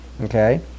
okay